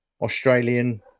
Australian